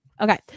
Okay